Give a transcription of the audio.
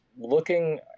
looking